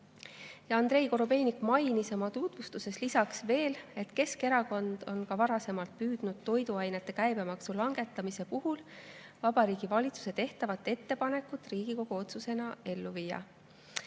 Andrei Korobeinik oma tutvustuses veel, et Keskerakond on ka varasemalt püüdnud toiduainete käibemaksu langetamise puhul Vabariigi Valitsusele tehtavat ettepanekut Riigikogu otsusena ellu viia.